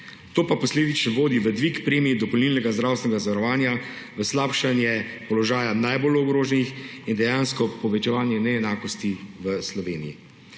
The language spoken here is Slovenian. To pa posledično vodi v dvig premij dopolnilnega zdravstvenega zavarovanja, v slabšanje položaja najbolj ogroženih in dejansko povečevanje neenakosti v Sloveniji.